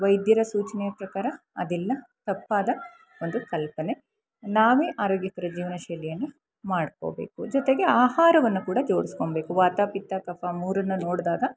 ವೈದ್ಯರ ಸೂಚನೆಯ ಪ್ರಕಾರ ಅದೆಲ್ಲ ತಪ್ಪಾದ ಒಂದು ಕಲ್ಪನೆ ನಾವೇ ಆರೋಗ್ಯಕರ ಜೀವನಶೈಲಿಯನ್ನು ಮಾಡ್ಕೋಬೇಕು ಜೊತೆಗೆ ಆಹಾರವನ್ನು ಕೂಡ ಜೋಡಿಸ್ಕೊಳ್ಬೇಕು ವಾತ ಪಿತ್ತ ಕಫ ಮೂರನ್ನು ನೋಡಿದಾಗ